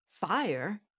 fire